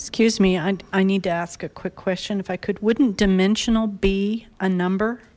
excuse me i need to ask a quick question if i could wouldn't dimensional be a number